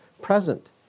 present